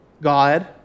God